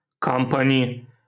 company